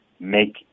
make